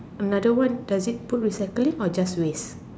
another one does it put recycling or just waste